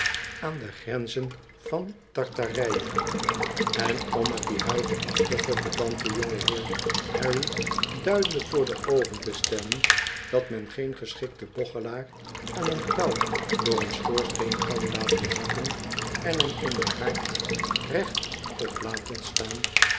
aan de grenzen van tartarije en om het dien huichelachtigen pedanten jongenheer harry duidelijk voor de oogen te stellen dat men geen gestikten bochelaar aan een touw door een schoorsteen kan laten zakken en hem in den haard recht op laten staan